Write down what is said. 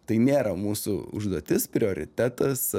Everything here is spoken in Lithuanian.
tai nėra mūsų užduotis prioritetas